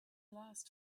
last